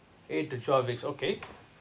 eight to twelve weeks okay